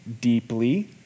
deeply